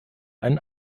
einen